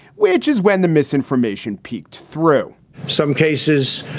which is when the misinformation peeked through some cases